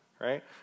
right